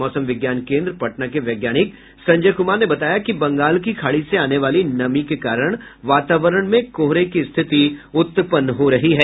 मौसम विज्ञान केन्द्र पटना के वैज्ञानिक संजय कुमार ने बताया कि बंगाल की खाड़ी से आने वाली नमी के कारण वातावरण में कोहरे की स्थिति उत्पन्न हो रही है